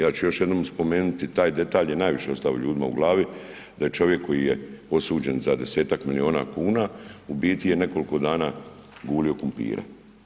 Ja ću još jednom spomenuti taj detalj je najviše ostao ljudima u glavi, da je čovjek koji je osuđen za 10-ak milijun kuna, u biti je nekoliko dana gulio krumpire.